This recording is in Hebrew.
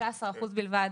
13% בלבד.